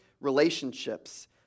relationships